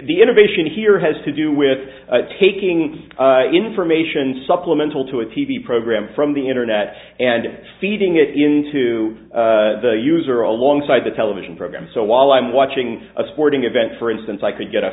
the innovation here has to do with taking its information supplemental to a t v programme from the internet and feeding it into the user alongside the television programme so while i'm watching a sporting event for instance i could get a